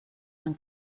han